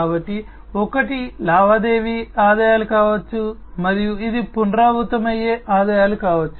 కాబట్టి ఒకటి లావాదేవీ ఆదాయాలు కావచ్చు మరియు ఇది పునరావృతమయ్యే ఆదాయాలు కావచ్చు